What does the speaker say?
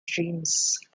dreams